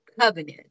covenant